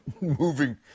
moving